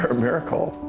ah miracle.